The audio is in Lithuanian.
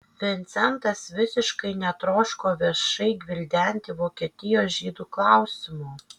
vincentas visiškai netroško viešai gvildenti vokietijos žydų klausimo